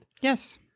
Yes